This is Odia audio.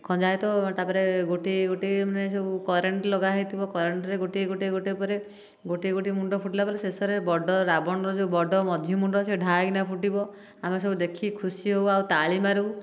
ଖଞ୍ଜା ହୋଇଥିବ ତାପରେ ଗୋଟିଏ ଗୋଟିଏ ମାନେ ସବୁ କରେଣ୍ଟ ଲଗା ହୋଇଥିବ କରେଣ୍ଟରେ ଗୋଟିଏ ଗୋଟିଏ ଗୋଟିଏ ପରେ ଗୋଟିଏ ଗୋଟିଏ ମୁଣ୍ଡ ଫୁଟିଲା ପରେ ଶେଷରେ ବଡ଼ ରାବଣର ଯେଉଁ ବଡ଼ ମଝି ମୁଣ୍ଡ ସେ ଢାଏ କିନା ଫୁଟିବ ଆମେ ସବୁ ଦେଖିକି ଖୁସି ହେଉ ଆଉ ତାଳି ମାରୁ